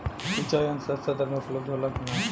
सिंचाई यंत्र सस्ता दर में उपलब्ध होला कि न?